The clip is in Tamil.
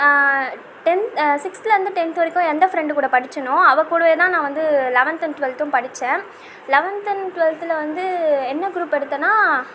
டென்த் சிக்ஸ்த்துலேருந்து டென்த் வரைக்கும் எந்த ஃபிரெண்டு கூட படித்தேனோ அவள் கூடவேதான் நான் வந்து லெவன்த் அண்ட் டுவெல்த்தும் படித்தேன் லெவென்த் அண்ட் டுவல்த்தில் வந்து என்ன குரூப் எடுத்தேன்னா